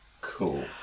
Cool